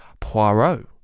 Poirot